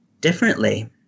differently